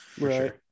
Right